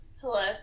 Hello